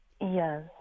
Yes